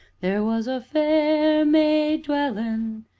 there was a fair maid dwellin',